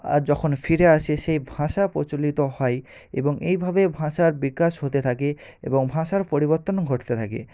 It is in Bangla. আর যখন ফিরে আসে সেই ভাষা প্রচলিত হয় এবং এইভাবে ভাষার বিকাশ হতে থাকে এবং ভাষার পরিবর্তন ঘটতে থাকে